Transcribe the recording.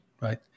right